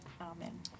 Amen